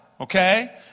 okay